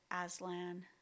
Aslan